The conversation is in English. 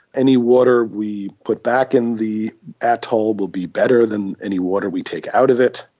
any water we put back in the atoll will be better than any water we take out of it.